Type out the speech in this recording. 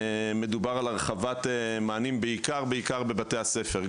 מדובר על הרחבת מענים בעיקר בבתי הספר.